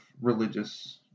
religious